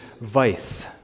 vice